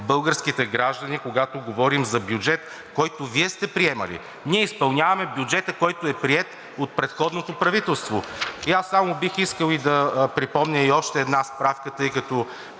българските граждани, когато говорим за бюджет, който Вие сте приемали! Ние изпълняваме бюджета, който е приет от предходното правителство. Бих искал да припомня и още една справка, тъй като